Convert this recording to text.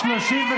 בעד,